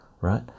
right